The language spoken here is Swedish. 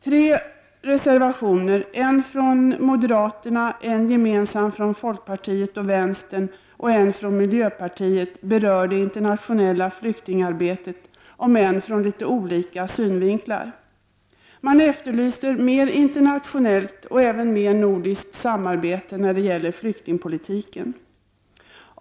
Tre reservationer, en från moderaterna, en gemensam från folkpartiet och vänstern och en från miljöpartiet, berör det internationella flyktingarbetet, om än ur litet olika synvinklar. Man efterlyser mer internationellt och även mer nordiskt samarbete när det gäller flyktingpolitiken.